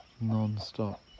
non-stop